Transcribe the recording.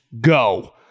go